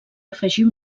afegir